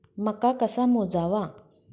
मका कसा मोजावा?